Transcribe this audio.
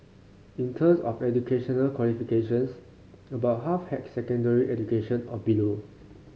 in terms of educational qualifications about half had secondary education or below